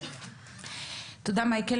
תודה מייקל.